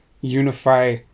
unify